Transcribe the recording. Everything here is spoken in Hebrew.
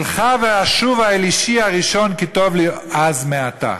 "אלכה ואשובה אל אישי הראשון כי טוב לי אז מעתה".